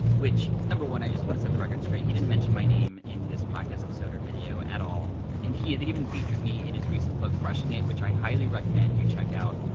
which number one, i just wanna set the record straight, he didn't mention my name in this podcast episode or video at all and he had even featured me in his recent book crushing it which i highly recommend you check out,